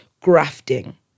grafting